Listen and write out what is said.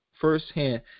firsthand